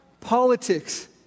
politics